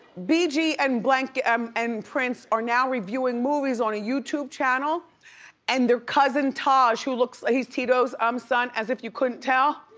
bee gee and um and prince are now reviewing movies on a youtube channel and their cousin taj, who looks, he's tito's um son, as if you couldn't tell.